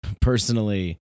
personally